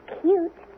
cute